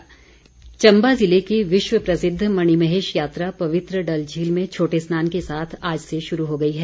मणिमहेश चम्बा ज़िले की विश्वप्रसिद्ध मणिमहेश यात्रा पवित्र डल झील में छोटे स्नान के साथ आज से शुरू हो गई है